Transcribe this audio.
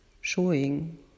showing